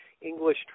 English